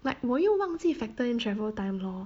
like 我又忘记 factor in travel time lor